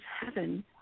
heaven